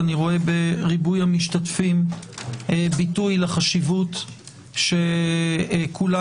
אני רואה בריבוי המשתתפים ביטוי לחשיבות שכולנו